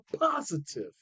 positive